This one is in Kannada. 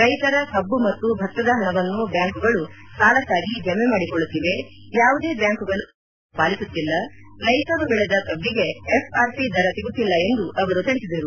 ರೈತರ ಕಬ್ಬು ಮತ್ತು ಭತ್ತದ ಹಣವನ್ನು ಬ್ಯಾಂಕುಗಳು ಸಾಲಕ್ಷಾಗಿ ಜಮೆಮಾಡಿಕೊಳ್ಳುತ್ತಿವೆ ಯಾವುದೇ ಬ್ಹಾಂಕುಗಳು ಸರ್ಕಾರದ ನೀತಿಯನ್ನು ಪಾಲಿಸುತ್ತಿಲ್ಲ ರೈತರು ಬೆಳೆದ ಕಬ್ಬಿಗೆ ಎಫ್ ಆರ್ಪಿ ದರ ಸಿಗುತ್ತಿಲ್ಲ ಎಂದು ತಿಳಿಸಿದರು